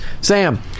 Sam